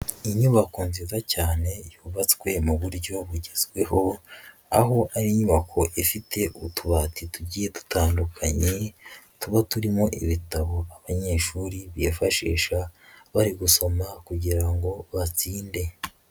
Inyubako nziza cyane, yubatswe mu buryo bugezweho, aho ari inyubako ifite utubati tugiye dutandukanye, tuba turimo ibitabo abanyeshuri bifashisha bari gusoma, kugira ngo batsinde.